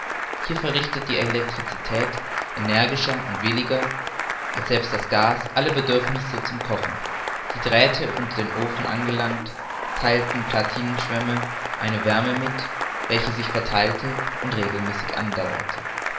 hier verrichtete die elektricität energischer und williger als selbst das gas alle bedürfnisse zum kochen die drähte unter den oefen angelangt theilten platinaschwämmen eine wärme mit welche sich vertheilte und regelmäßig andauerte